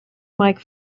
mike